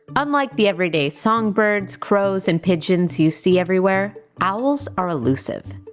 unlike the everyday songbirds, crows, and pigeons you see everywhere, owls are elusive.